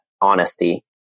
honesty